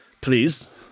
Please